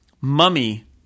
Mummy